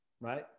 right